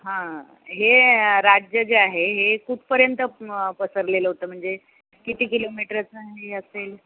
हां हे राज्य जे आहे हे कूठपर्यंत पसरलेलं होतं म्हणजे किती किलोमीटरचं हे असेल